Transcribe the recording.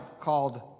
called